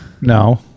No